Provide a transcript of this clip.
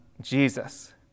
Jesus